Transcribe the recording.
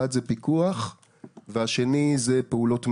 אחד זה פיקוח והשני זה פעולות מניעה.